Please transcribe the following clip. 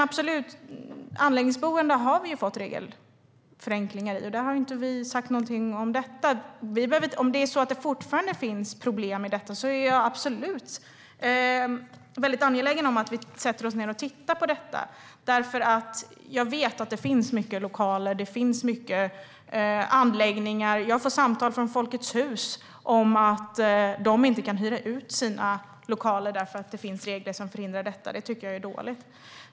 Vi har fått regelförenklingar för anläggningsboenden. Det har vi inte sagt något om. Finns det fortfarande problem där är jag angelägen om att vi sätter oss ned och tittar på det, för jag vet att det finns många lokaler och anläggningar. Jag får samtal från Folkets Hus om att de inte kan hyra ut sina lokaler för att det finns regler som förhindrar det. Det är dåligt.